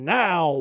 now